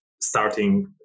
starting